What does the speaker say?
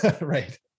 right